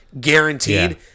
guaranteed